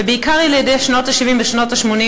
ובעיקר ילידי שנות ה-70 ושנות ה-80,